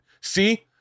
see